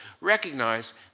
recognize